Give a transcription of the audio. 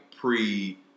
pre